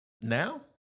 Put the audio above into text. Now